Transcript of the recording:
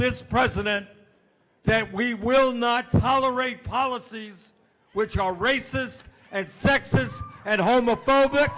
this president that we will not tolerate policies which all races and sexes and homophobic